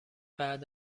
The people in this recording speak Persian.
بعد